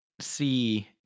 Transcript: see